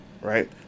right